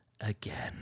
again